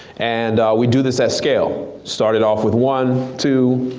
and we do this at scale. started off with one, two,